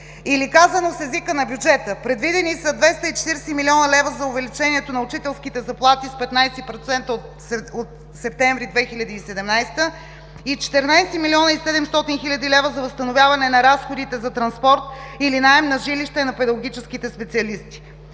или казано с езика на бюджета – предвидени са 240 млн. лв. за увеличението на учителските заплати с 15% от септември 2017 г. и 14 млн. 700 хил. лв. за възстановяване на разходите за транспорт или наем за жилище на педагогическите специалисти.